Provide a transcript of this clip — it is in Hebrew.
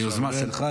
זה יוזמה שלך,